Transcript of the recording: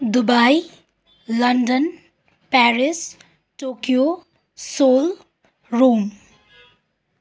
Dubai London Paris Tokyo Seoul Rome